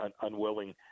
unwilling